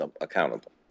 accountable